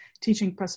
teaching